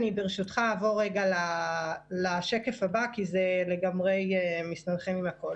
ברשותך אני אעבור לשקף הבא כי זה לגמרי מסתנכרן עם הכל.